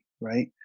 right